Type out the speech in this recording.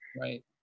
right